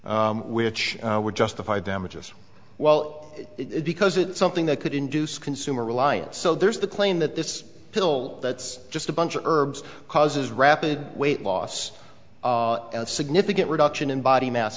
which would justify damages well it because it's something that could induce consumer reliance so there's the claim that this pill that's just a bunch of herbs causes rapid weight loss significant reduction in body mass